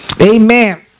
Amen